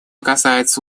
касается